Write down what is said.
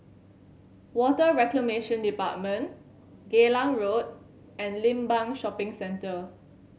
Water Reclamation Department Geylang Road and Limbang Shopping Centre